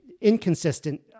inconsistent